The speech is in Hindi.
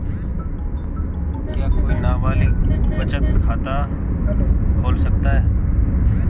क्या कोई नाबालिग बचत खाता खोल सकता है?